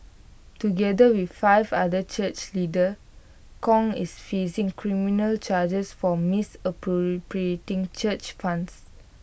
together with five other church leaders Kong is facing criminal charges for misappropriating church funds